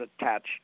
attached